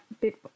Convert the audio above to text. bit